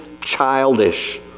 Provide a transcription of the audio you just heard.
childish